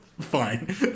fine